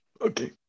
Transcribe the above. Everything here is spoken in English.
okay